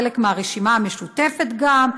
חלק מהרשימה המשותפת גם,